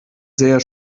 sehr